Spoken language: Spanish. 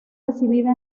recibida